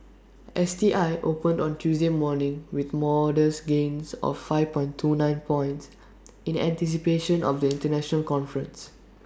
S T I opened on Tuesday morning with modest gains of five point two nine points in anticipation of the International conference